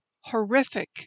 horrific